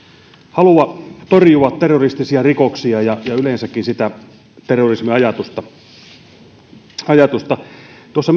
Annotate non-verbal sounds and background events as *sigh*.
halua torjua terroristisia rikoksia ja ja yleensäkin terrorismiajatusta tuossa *unintelligible*